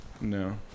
No